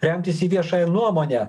remtis į viešąją nuomonę